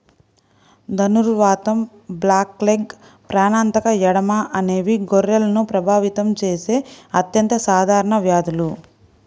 ధనుర్వాతం, బ్లాక్లెగ్, ప్రాణాంతక ఎడెమా అనేవి గొర్రెలను ప్రభావితం చేసే అత్యంత సాధారణ వ్యాధులు